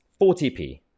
40p